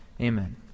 amen